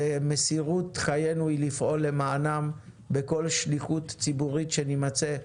ומסירות חיינו היא לפעול למענם בכל שליחות ציבורית שנמצא בה.